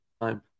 time